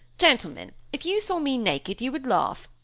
gentlemen, if you saw me naked, you would laugh!